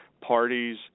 parties